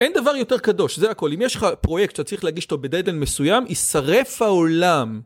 אין דבר יותר קדוש, זה הכל. אם יש לך פרויקט שצריך להגיש אותו בדד-ליין מסוים, ישרף העולם.